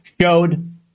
showed